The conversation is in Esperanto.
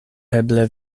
eble